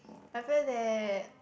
I feel that